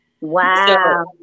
Wow